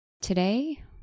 Today